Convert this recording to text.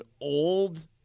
old